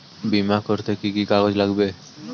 বিমা করতে কি কি কাগজ লাগবে?